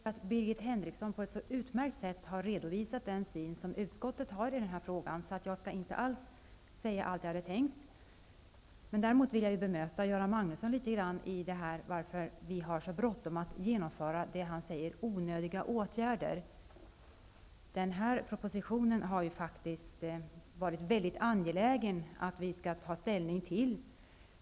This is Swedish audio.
Herr talman! Jag tycker att Berit Henriksson på ett utmärkt sätt har redovisat utskottets syn på den här frågan. Därför skall jag inte säga allt det som jag hade tänkt ta upp här. Däremot vill jag något bemöta Göran Magnusson, som tycker att vi har så bråttom med att vidta -- som han säger -- onödiga åtgärder. Den här propositionen har det faktiskt varit mycket angeläget att ta ställning till.